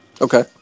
Okay